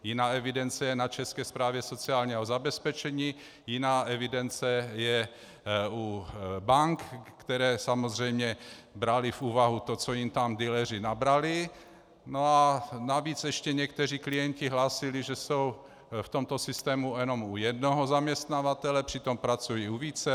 Jiná evidence je na České správě sociálního zabezpečení, jiná evidence je u bank, které samozřejmě braly v úvahu to, co jim tam dealeři nabrali, no a navíc ještě někteří klienti hlásili, že jsou v tomto systému jenom u jednoho zaměstnavatele, přitom pracují u více.